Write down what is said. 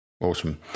awesome